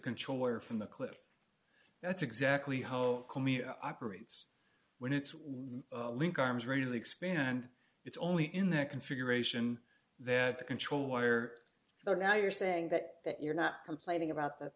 controller from the clip that's exactly how operates when it's with link arms ready to expand it's only in that configuration that the control wire so now you're saying that that you're not complaining about th